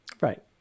Right